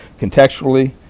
contextually